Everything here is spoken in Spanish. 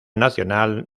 nacional